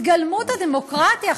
התגלמות הדמוקרטיה.